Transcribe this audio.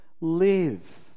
live